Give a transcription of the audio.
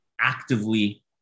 actively